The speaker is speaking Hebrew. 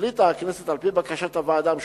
החליטה הכנסת, על-פי בקשת הוועדה המשותפת,